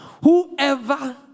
whoever